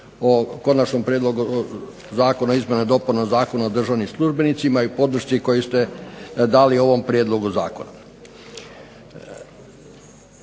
o Konačnom prijedlogu zakona o izmjenama i dopunama Zakona o državnim službenicima i podršci koju ste dali ovom prijedlogu zakona.